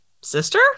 sister